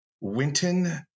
Winton